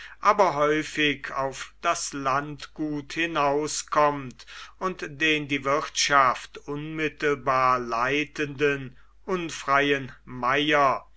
aber häufig auf das landgut hinauskommt und den die wirtschaft unmittelbar leitenden unfreien meier